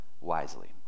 wisely